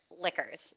liquors